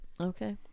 Okay